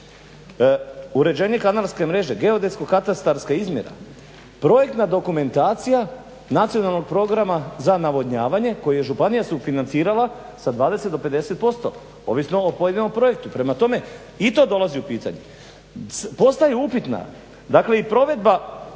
uređenje kanalske mreže, geodetsko-katastarska izmjena, projektna dokumentacija nacionalnog programa za navodnjavanje koji je županija sufinancirala sa 20 do 50% ovisno o pojedinom projektu. Prema tome, i to dolazi u pitanje. Postaje upitna, dakle i provedba